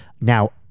Now